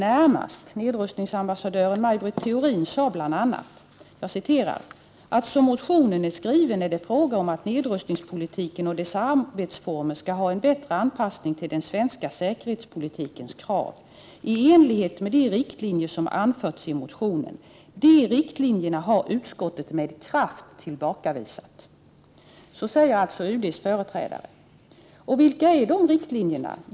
Nedrustningsambassadör Maj Britt Theorin, som står UD närmast, sade bl.a. att ”som motionen är skriven är det fråga om att nedrustningspolitiken Si och dess arbetsformer ska ha en bättre anpassning till den svenska säkerhetspolitikens krav i enlighet med de riktlinjer som anförs i motionen. De riktlinjerna har utskottet med kraft tillbakavisat.” Så säger alltså UD:s företrädare. Vilka är de riktlinjerna?